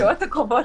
בשעות הקרובות לא,